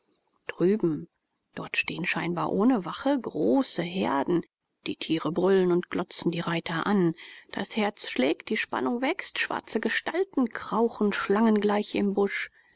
drüben dort stehen scheinbar ohne wache große herden die tiere brüllen und glotzen die reiter an das herz schlägt die spannung wächst schwarze gestalten krauchen schlangengleich im busch